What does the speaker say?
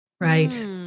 Right